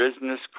business